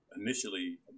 initially